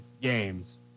games